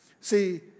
See